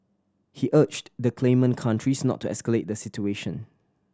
he urged the claimant countries not to escalate the situation